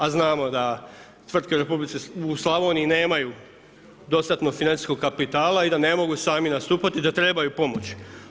A znamo da tvrtke u Slavoniji nemaju dostatnog financijskog kapitala i da ne mogu sami nastupati i da trebaju pomoć.